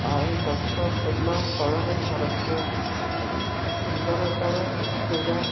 ଆଉ ଗଛ ଫୁଲ ଫଳରେ ଭରପୁର ସୁନ୍ଦରତାର ପୁରା